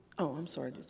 oh, i'm sorry.